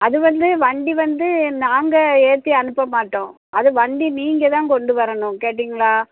அது வந்து வண்டி வந்து நாங்கள் ஏற்றி அனுப்ப மாட்டோம் அது வண்டி நீங்கள் தான் கொண்டு வரணும் கேட்டீங்களா